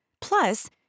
Plus